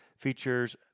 Features